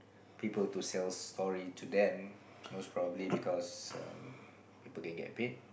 people to sell story to them most probably because um people can get paid